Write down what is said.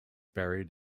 buried